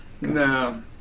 No